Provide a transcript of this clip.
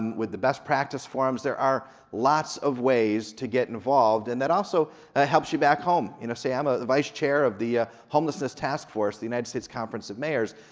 with the best practice forums, there are lots of ways to get involved, and that also helps you back home. say i'm ah the vice chair of the ah homelessness task force, the united states conference of mayors.